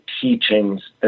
teachings